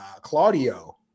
Claudio